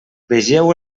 vegeu